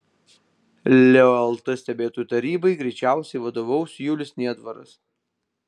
leo lt stebėtojų tarybai greičiausiai vadovaus julius niedvaras